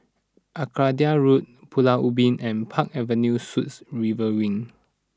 Arcadia Road Pulau Ubin and Park Avenue Suites River Wing